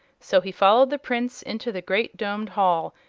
so he followed the prince into the great domed hall,